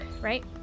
right